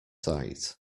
sight